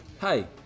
Hey